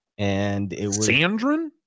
Sandrin